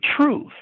truth